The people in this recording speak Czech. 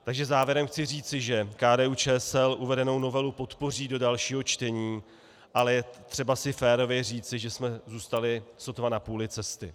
Takže závěrem chci říci, že KDUČSL uvedenou novelu podpoří do dalšího čtení, ale je potřeba si férově říci, že jsme zůstali sotva na půli cesty.